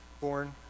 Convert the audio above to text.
born